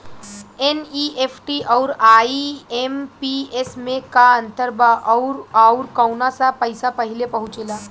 NEFT आउर IMPS मे का अंतर बा और आउर कौना से पैसा पहिले पहुंचेला?